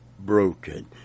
broken